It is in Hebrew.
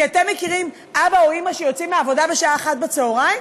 אתם מכירים אבא ואימא שיוצאים מהעבודה בשעה 13:00?